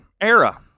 era